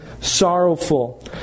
sorrowful